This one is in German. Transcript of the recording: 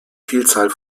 vielzahl